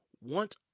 want